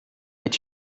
est